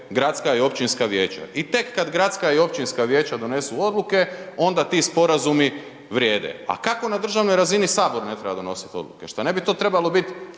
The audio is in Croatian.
gradska i općinska vijeća. I tek kad gradska i općinska vijeća donesu odluke onda ti sporazumi vrijede. A kako na državnoj razini Sabor ne treba donosit odluke? Šta ne bi to trebalo bit